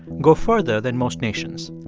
go further than most nations.